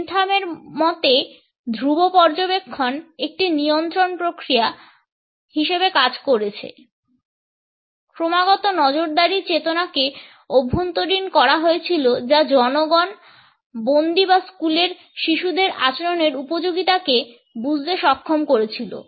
বেনথামের মতে ধ্রুব পর্যবেক্ষণ একটি নিয়ন্ত্রণ প্রক্রিয়া হিসাবে কাজ করেছে ক্রমাগত নজরদারির চেতনাকে অভ্যন্তরীণ করা হয়েছিল যা জনগণ বন্দি বা স্কুলের শিশুদের আচরণের উপযোগিতাকে বুঝতে সক্ষম করেছিল